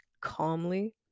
calmly